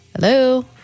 Hello